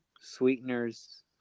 sweeteners